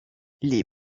les